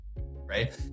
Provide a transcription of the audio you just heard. right